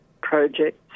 projects